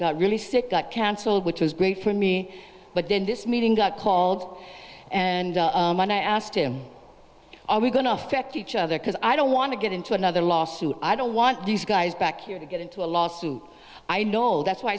got really sick got canceled which was great for me but then this meeting got called and when i asked him are we going to affect each other because i don't want to get into another lawsuit i don't want these guys back here to get into a lawsuit i know that's why